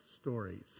stories